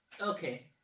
Okay